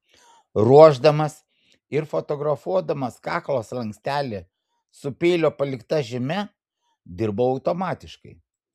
ruošdamas ir fotografuodamas kaklo slankstelį su peilio palikta žyme dirbau automatiškai